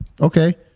okay